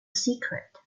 secret